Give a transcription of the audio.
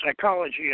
Psychology